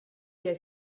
der